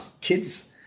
kids